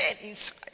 inside